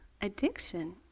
addiction